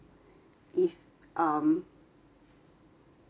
if um